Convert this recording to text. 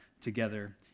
together